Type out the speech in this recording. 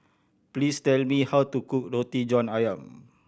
please tell me how to cook Roti John Ayam